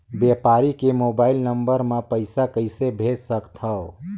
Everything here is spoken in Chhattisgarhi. व्यापारी के मोबाइल नंबर मे पईसा कइसे भेज सकथव?